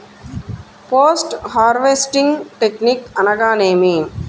Post harvesting technique అనగా నేమి?